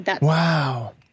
wow